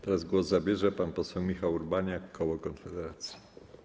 Teraz głos zabierze pan poseł Michał Urbaniak, koło Konfederacja.